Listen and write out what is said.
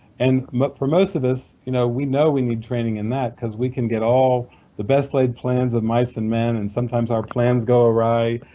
and but for most of us, you know we know we need training in that because we can get all the best laid plans of mice and men, and sometimes our plans go awry.